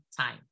time